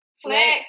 Flex